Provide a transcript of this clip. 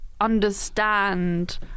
understand